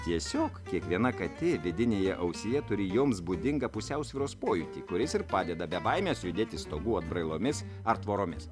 tiesiog kiekviena katė vidinėje ausyje turi joms būdingą pusiausvyros pojūtį kuris ir padeda be baimės judėti stogų atbrailomis ar tvoromis